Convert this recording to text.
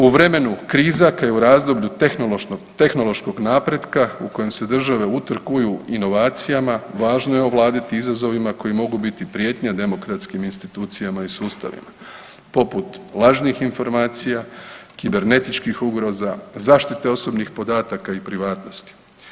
U vremenu kriza kao i u razdoblju tehnološkog napretka u kojem se države utrkuju inovacijama, važno je ovladati izazovima koji mogu biti prijetnja demokratskim institucijama i sustavima poput lažnih informacija, kibernetičkih ugroza, zaštite osobnih podataka i privatnosti.